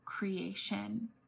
creation